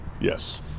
Yes